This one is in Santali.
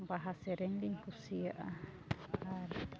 ᱵᱟᱦᱟ ᱥᱮᱨᱮᱧ ᱞᱤᱧ ᱠᱩᱥᱤᱭᱟᱜᱼᱟ ᱟᱨ